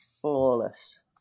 flawless